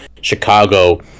Chicago